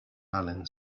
allen